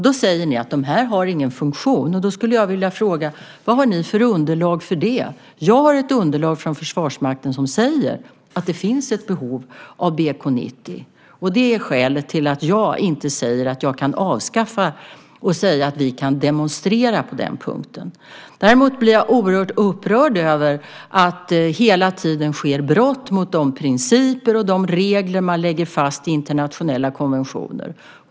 Ni säger att de inte har någon funktion. Då skulle jag vilja fråga: Vad har ni för underlag för det? Jag har ett underlag från Försvarsmakten som säger att det finns ett behov av BK 90. Det är skälet till att jag inte säger att jag kan avskaffa den och att vi kan demonstrera på den punkten. Däremot blir jag oerhört upprörd över att det hela tiden sker brott mot de principer och de regler man lägger fast i internationella konventioner.